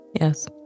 yes